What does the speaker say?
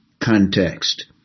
context